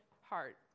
heart